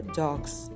dogs